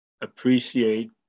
appreciate